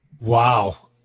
Wow